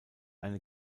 eine